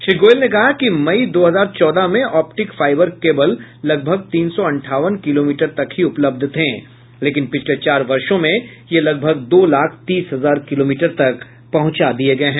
श्री गोयल ने कहा कि मई दो हजार चौदह में ऑप्टिक फाइबर केबल लगभग तीन सौ अंठावन किलोमीटर तक ही उपलब्ध थे लेकिन पिछले चार वर्षो में ये लगभग दो लाख तीस हजार किलोमीटर तक पहुंचा दिये गये हैं